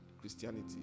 Christianity